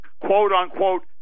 quote-unquote